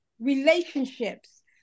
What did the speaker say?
relationships